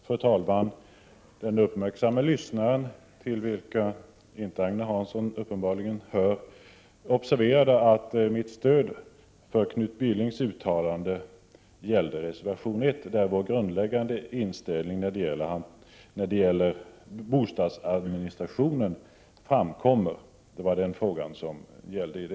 Fru talman! De uppmärksamma lyssnarna, till vilka Agne Hansson uppenbarligen inte hör, observerade att mitt stöd för Knut Billings uttalande gällde reservation 1, där vår grundläggande inställning till bostadsadministrationen framgår.